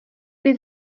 být